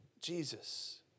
Jesus